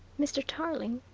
mr. tarling,